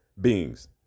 beings